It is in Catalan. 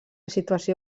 situació